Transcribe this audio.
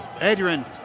Adrian